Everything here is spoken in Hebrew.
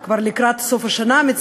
או בחודש נובמבר, כבר לקראת סוף השנה.